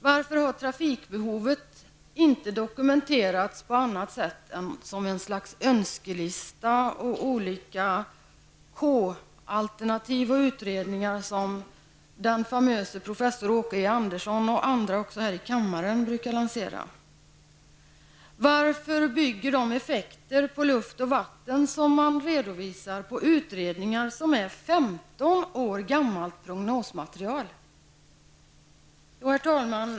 Varför har trafikbehovet inte dokumenterats på annat sätt än som ett slags önskelista, olika K alternativ och utredningar som de av den famöse professor Åke Andersson? Sådana brukar lanseras här i kammaren. Varför bygger de effekter på luft och vatten som man redovisar på 15 år gammalt prognosmaterial? Herr talman!